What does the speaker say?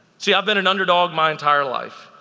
see i've been an underdog my entire life.